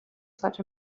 such